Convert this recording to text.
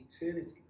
eternity